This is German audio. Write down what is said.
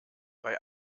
bei